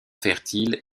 fertile